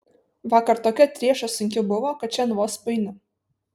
vakar tokia trieša sunki buvo kad šiandien vos paeinu